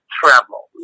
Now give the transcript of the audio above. travel